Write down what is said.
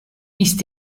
ist